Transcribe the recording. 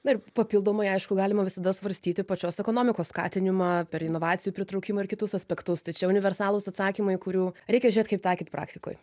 na ir papildomai aišku galima visada svarstyti pačios ekonomikos skatinimą per inovacijų pritraukimą ir kitus aspektus tai čia universalūs atsakymai kurių reikia žiūrėt kaip taikyt praktikoj